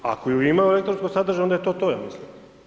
Ako ju ima u elektronskom sadržaju onda je to to ja mislim.